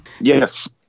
Yes